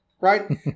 right